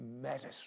medicine